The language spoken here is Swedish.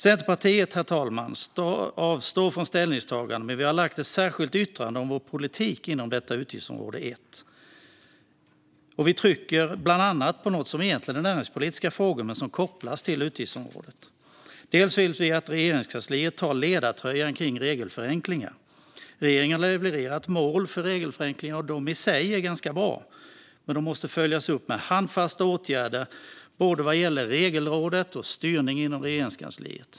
Herr talman! Centerpartiet avstår från ställningstagande, men vi har ett särskilt yttrande om vår politik inom utgiftsområde 1. Vi trycker bland annat på något som egentligen är näringspolitiska frågor men som kopplas till utgiftsområdet. Bland annat vill vi att Regeringskansliet tar ledartröjan kring regelförenklingar. Regeringen har levererat mål för regelförenklingar som i sig är ganska bra. Men de måste följas upp med handfasta åtgärder vad gäller både Regelrådet och styrning inom Regeringskansliet.